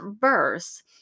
verse